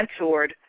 mentored